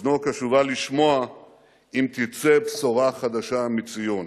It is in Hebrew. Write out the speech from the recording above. אוזנו קשובה לשמוע אם תצא בשורה חדשה מציון".